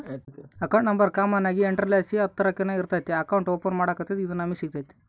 account number common ಆಗಿ ಎಂಟುರ್ಲಾಸಿ ಹತ್ತುರ್ತಕನ ಇರ್ತತೆ ಅಕೌಂಟ್ ಓಪನ್ ಮಾಡತ್ತಡ ಇದು ನಮಿಗೆ ಸಿಗ್ತತೆ